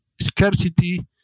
scarcity